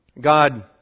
God